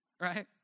right